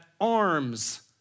arms